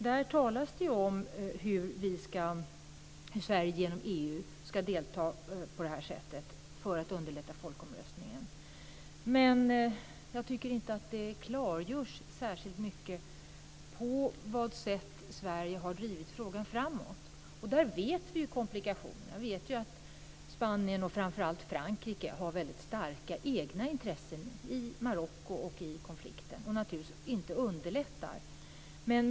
Där talas det ju om hur Sverige genom EU ska delta på det här sättet för att underlätta folkomröstningen. Men jag tycker inte att det klargörs särskilt väl på vad sätt Sverige har drivit frågan framåt. Där vet vi ju komplikationerna. Vi vet ju att Spanien och framför allt Frankrike har starka egna intressen i Marocko och i konflikten, och det underlättar naturligtvis inte.